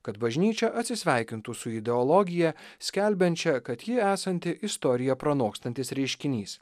kad bažnyčia atsisveikintų su ideologija skelbiančia kad ji esanti istoriją pranokstantis reiškinys